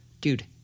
Dude